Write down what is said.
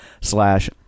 slash